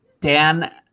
Dan